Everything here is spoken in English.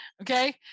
Okay